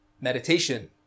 meditation